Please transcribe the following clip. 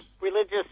religious